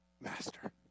master